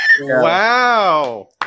Wow